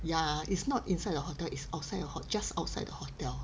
ya it's not inside the hotel it's outside a ho~ just outside the hotel